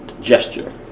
gesture